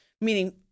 Meaning